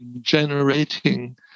generating